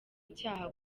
icyaha